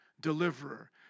deliverer